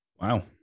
wow